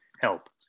help